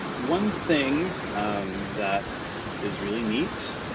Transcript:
one thing that is really neat